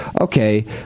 Okay